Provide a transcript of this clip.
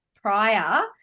prior